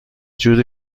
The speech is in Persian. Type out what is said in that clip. جوری